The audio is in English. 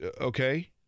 okay